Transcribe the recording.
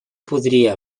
podria